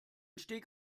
steg